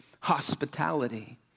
hospitality